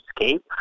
escape